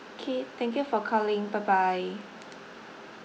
K thank you for calling bye bye